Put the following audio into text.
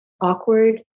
awkward